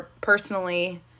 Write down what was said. personally